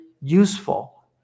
useful